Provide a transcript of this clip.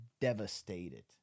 devastated